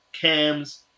Cam's